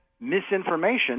misinformation